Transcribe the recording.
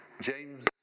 James